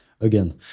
Again